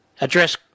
address